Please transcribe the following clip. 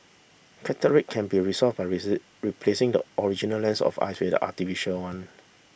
cataract can be resolved by replacing the original lens of eye with artificial one